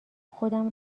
خودم